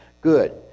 good